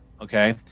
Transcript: okay